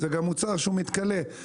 זה גם מוצר שהוא מתכלה, החלב.